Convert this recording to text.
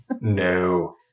No